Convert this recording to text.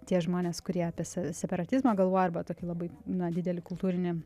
tie žmonės kurie apie se separatizmą galvoja arba tokį labai na didelį kultūrinį